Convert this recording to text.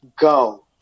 go